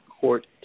court